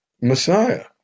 Messiah